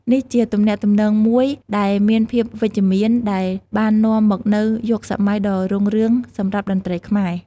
នេះជាទំនាក់ទំនងមួយដែលមានភាពវិជ្ជមាន ដែលបាននាំមកនូវយុគសម័យដ៏រុងរឿងសម្រាប់តន្ត្រីខ្មែរ។